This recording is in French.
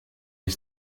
les